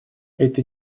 это